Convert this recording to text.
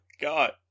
God